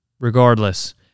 regardless